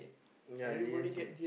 ya yes yes